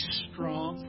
strong